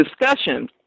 discussion